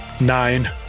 Nine